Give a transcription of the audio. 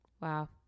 Wow